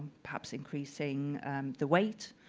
perhaps increasing the weight,